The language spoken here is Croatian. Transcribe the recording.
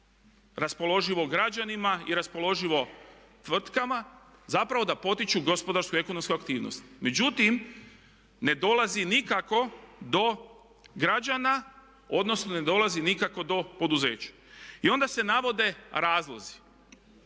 raspoloživo građanima i raspoloživo tvrtkama zapravo da potiču gospodarsku i ekonomsku aktivnost. Međutim, ne dolazi nikako do građana odnosno ne dolazi nikako do poduzeća. I onda se navode razlozi.